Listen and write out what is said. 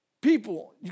people